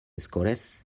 escoles